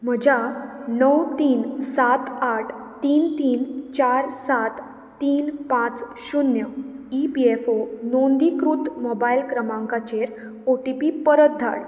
म्हज्या णव तीन सात आठ तीन तीन चार सात तीन पांच शुन्य ईपीएफओ नोंदणीकृत मॉबायल क्रमांकाचेर ओटीपी परत धाड